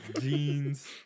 jeans